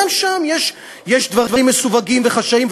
גם שם יש דברים מסווגים וחשאיים,